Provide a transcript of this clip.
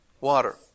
Water